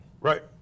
Right